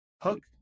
hook